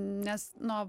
nes nuo